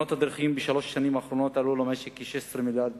תאונות הדרכים בשלוש השנים האחרונות עלו למשק כ-16 מיליארד